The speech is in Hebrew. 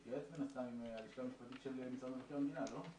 התייעץ עם הלשכה המשפטית של משרד מבקר המדינה, לא?